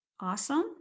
Awesome